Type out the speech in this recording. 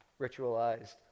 ritualized